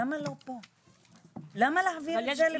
למה להעביר את זה?